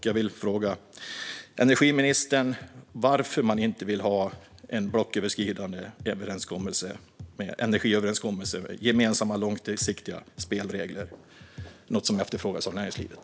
Jag vill fråga energiministern varför man inte vill ha en blocköverskridande energiöverenskommelse med gemensamma långsiktiga spelregler, något som efterfrågas av näringslivet.